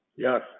Yes